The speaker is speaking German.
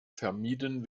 vermieden